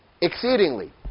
Exceedingly